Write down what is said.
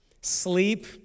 Sleep